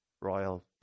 royal